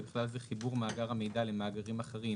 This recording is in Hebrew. ובכלל זה חיבור מאגר המידע למאגרים אחרים